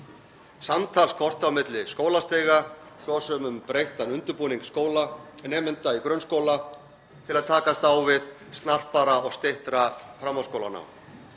Samtal skorti á milli skólastiga, svo sem um breyttan undirbúning nemenda í grunnskóla til að takast á við snarpara og styttra framhaldsskólanám.